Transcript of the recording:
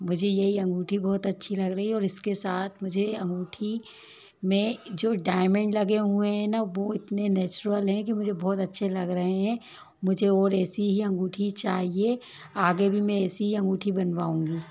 मुझे यही अंगूठी बहुत अच्छी लग रही है और इसके साथ मुझे अंगूठी में जो डायमंड लगे हुए हैं ना वो इतने नेचुरल हैं कि मुझे बहुत अच्छे लग रहे हैं मुझे और ऐसी ही अंगूठी चाहिए आगे भी मैं ऐसी ही अंगूठी बनवाऊँगी